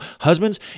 husbands